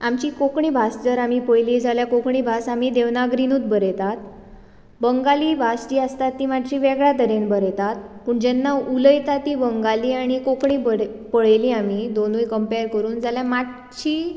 आमची कोंकणी भास जर आमी पयली जाल्यार कोंकणी भास आमी देवनागरीनूच बरयतात बंगाली भास जी आसता ती मातशी वेगळ्या तरेन बरयतात पूण जेन्ना उलयता ती बंगाली आनी कोंकणी बरय पळयली आमी दोनुय कंपेर करून जाल्यार मातशी